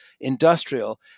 industrial